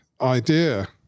idea